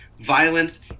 violence